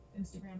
instagram